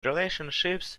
relationships